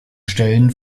stellen